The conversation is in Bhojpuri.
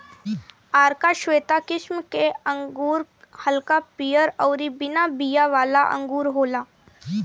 आरका श्वेता किस्म के अंगूर हल्का पियर अउरी बिना बिया वाला अंगूर होला